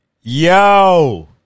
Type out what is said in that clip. Yo